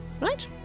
right